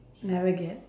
never get